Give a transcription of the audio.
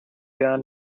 gar